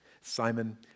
Simon